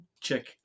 check